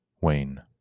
Wayne